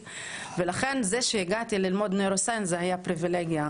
ולכן זה שהגעתי ללמוד מדעי המוח זו הייתה פריבילגיה.